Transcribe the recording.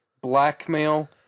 blackmail